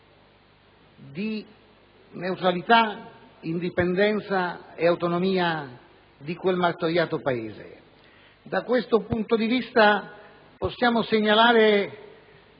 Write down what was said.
di neutralità, indipendenza e autonomia di quel martoriato Paese. Da questo punto di vista possiamo segnalare